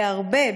בהרבה,